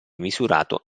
misurato